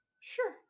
Sure